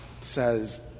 says